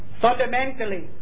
fundamentally